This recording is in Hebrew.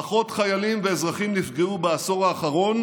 פחות חיילים ואזרחים נפגעו בעשור האחרון